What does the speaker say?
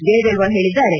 ಜಯದೇವ ಹೇಳಿದ್ದಾರೆ